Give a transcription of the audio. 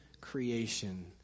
creation